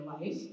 life